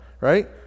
right